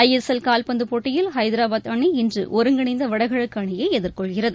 ஐ S L கால்பந்து போட்டியில் ஹைதராபாத் அணி இன்று ஒருங்கிணைந்த வடகிழக்கு அணியை எதிர்கொள்கிறது